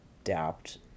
adapt